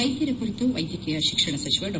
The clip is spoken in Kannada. ವೈದ್ಯರ ಕುರಿತು ವೈದ್ಯಕೀಯ ಶಿಕ್ಷಣ ಸಚಿವ ಡಾ